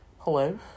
Hello